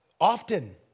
often